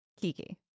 Kiki